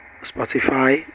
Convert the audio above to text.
Spotify